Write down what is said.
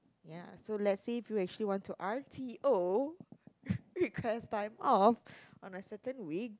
ya so let's say we actually plan to R_T_O request time off on a certain week